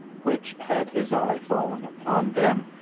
which, had his eye fallen upon them,